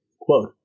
quote